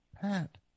Pat